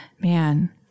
man